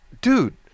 dude